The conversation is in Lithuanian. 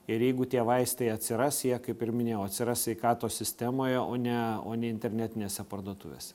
ir jeigu tie vaistai atsiras jie kaip ir minėjau atsiras sveikatos sistemoje o ne o ne internetinėse parduotuvėse